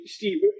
Steve